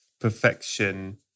perfection